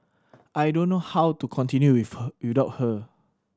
I don't know how to continue with her without her